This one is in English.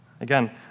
Again